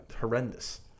horrendous